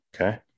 Okay